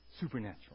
Supernatural